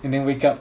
and then wake up